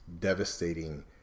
devastating